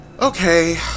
Okay